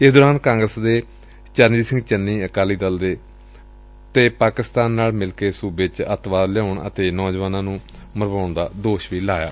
ਇਸ ਦੌਰਾਨ ਕਾਂਗਰਸ ਦੇ ਚਰਨਜੀਤ ਸਿੰਘ ਚੰਨੀ ਅਕਾਲੀ ਦਲ ਤੇ ਪਾਕਿਸਤਾਨ ਨਾਲ ਮਿਲ ਕੇ ਸੁਬੇ ਚ ਅੱਤਵਾਦ ਲਿਆਉਣ ਅਤੇ ਨੌਜਵਾਨਾਂ ਨੁੰ ਮਰਵਾਉਣ ਦਾ ਦੋਸ਼ ਲਾਇਆ